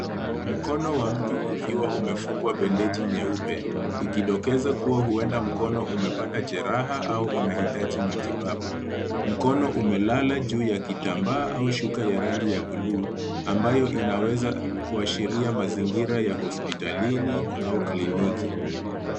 Mkono wa mtu ukiwa umefungwa bendeji nyeupe ikidokeza kuwa huenda mkono umepata jeraha au unahitaji matibabu. Mkono umelala juu ya kitambaa au shuka ya rangi ya bluu ambayo inaweza kuashiria mazingira ya hospitalini au kliniki.